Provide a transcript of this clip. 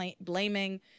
blaming